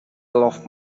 love